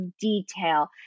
detail